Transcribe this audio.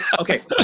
Okay